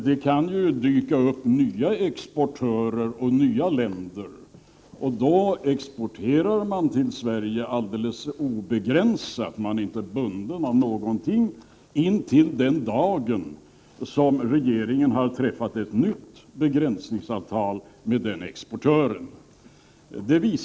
Det kan ju dyka upp nya exportländer, och då exporterar man till Sverige helt obegränsat — man är inte bunden av någonting — intill den dag regeringen träffar ett nytt begränsningsavtal med den exportören.